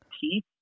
teeth